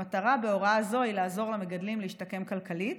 המטרה בהוראה זו היא לעזור למגדלים להשתקם כלכלית.